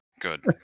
Good